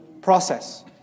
process